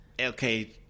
okay